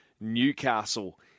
Newcastle